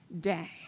day